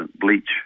bleach